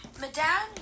Madame